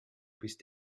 bist